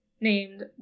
named